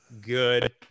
good